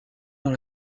dans